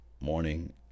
morning